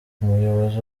umuyobozi